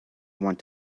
want